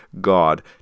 God